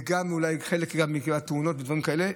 אולי חלק זה בגלל תאונות ודברים כאלה,